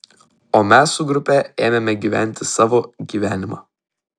o mes su grupe ėmėme gyventi savo gyvenimą